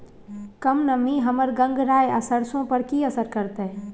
कम नमी हमर गंगराय आ सरसो पर की असर करतै?